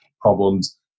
problems